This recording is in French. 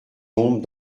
ombres